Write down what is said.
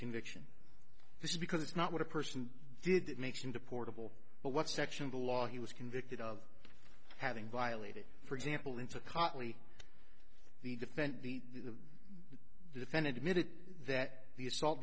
conviction this is because it's not what a person did that makes them deportable but what section of the law he was convicted of having violated for example into copley the defendant the defendant admitted that the assault